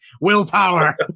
willpower